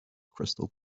crystal